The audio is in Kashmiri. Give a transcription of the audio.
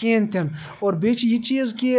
کِہیٖنۍ تہِ نہٕ اور بیٚیہِ چھِ یہِ چیٖز کہ